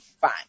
fine